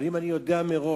אבל אם אני יודע מראש